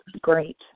Great